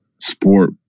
sport